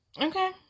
Okay